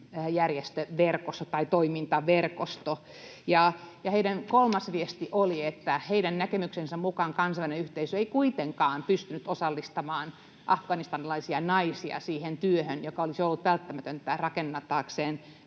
aktiivinen kansalaistoimintaverkosto. Ja heidän kolmas viestinsä oli, että heidän näkemyksensä mukaan kansainvälinen yhteisö ei kuitenkaan pystynyt osallistamaan afganistanilaisia naisia siihen työhön, joka olisi ollut välttämätöntä rakentamaan